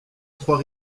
trois